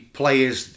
players